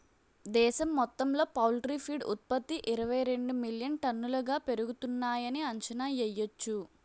దేశం మొత్తంలో poultry feed ఉత్త్పతి ఇరవైరెండు మిలియన్ టన్నులుగా పెరుగుతున్నాయని అంచనా యెయ్యొచ్చు